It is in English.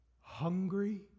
hungry